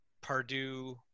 Pardue